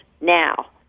now